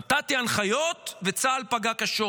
נתתי הנחיות וצה"ל פגע קשות.